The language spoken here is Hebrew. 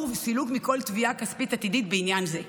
וסילוק מכל תביעה כספית עתידית בעניין זה.